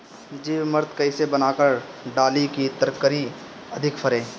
जीवमृत कईसे बनाकर डाली की तरकरी अधिक फरे?